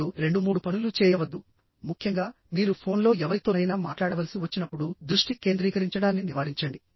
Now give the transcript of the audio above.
ఇప్పుడురెండు మూడు పనులు చేయవద్దు ముఖ్యంగా మీరు ఫోన్లో ఎవరితోనైనా మాట్లాడవలసి వచ్చినప్పుడు దృష్టి కేంద్రీకరించడాన్ని నివారించండి